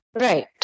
Right